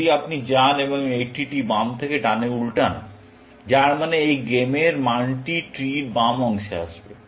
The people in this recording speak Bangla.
যদি আপনি যান এবং এই ট্রি টি বাম থেকে ডানে উল্টান যার মানে এই গেমের মানটি ট্রির বাম অংশে আসবে